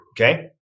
okay